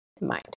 mind